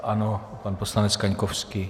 Ano, poslanec Kaňkovský.